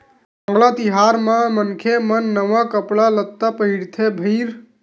वांगला तिहार म मनखे मन नवा कपड़ा लत्ता पहिरथे भईर